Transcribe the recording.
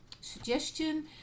suggestion